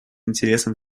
интересам